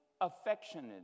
affectionate